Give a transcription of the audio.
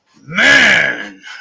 man